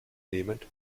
nehmend